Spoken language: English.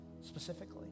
specifically